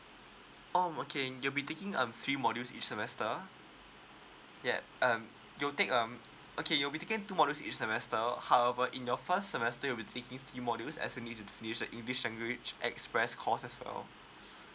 oh okay you'll be taking um three modules each semester yeah um you'll take um okay you'll be taking two modules each semester however in your first semester you'll be taking three modules as you need to finish the english language express course as well